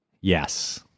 Yes